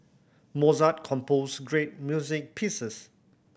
Mozart composed great music pieces